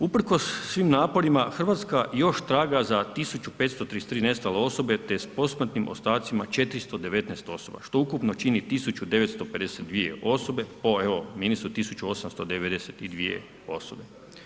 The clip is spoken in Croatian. Usprkos svim naporima Hrvatska još traga za 1.533 nestale osobe te s posmrtnim ostacima 419 osoba što ukupno čini 1.952 osobe po evo ministru 1.892 osobe.